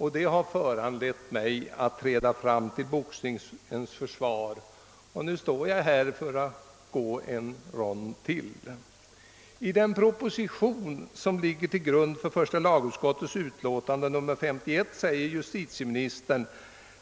Detta har föranlett mig att träda fram till boxningens försvar, och nu står jag här för att gå en rond till. I den proposition som ligger till grund för första lagutskottets utlåtande nr 51 uttalar justitieministern